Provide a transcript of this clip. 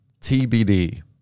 TBD